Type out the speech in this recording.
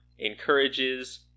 encourages